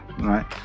Right